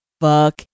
fuck